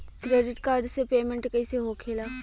Credit card से payment कईसे होखेला?